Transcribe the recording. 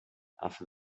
after